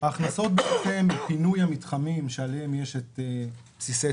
ההכנסות מפינוי המתחמים שעליהם יש את בסיסי